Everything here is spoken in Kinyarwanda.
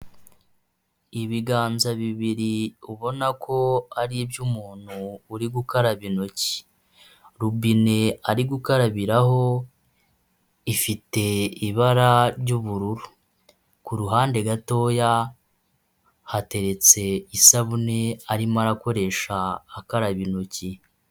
Ibiganza bibiri ubona ko ari iby'umuntu uri gukaraba intoki, robine ari gukarabiraho ifite ibara ry'ubururu, kuruhande gatoya hateretse isabune arimo arakoresha akaba intoki.